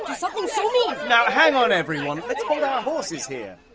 like something so mean? now hang on everyone! let's hold our horses here.